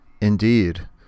Indeed